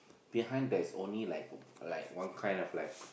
behind there is only like like one kind of like